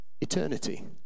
eternity